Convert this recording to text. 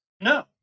No